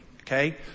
Okay